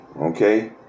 Okay